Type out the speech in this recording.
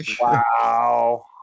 Wow